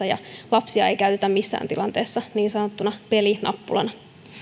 ja lapsia ei käytetä missään tilanteessa niin sanottuna pelinappulana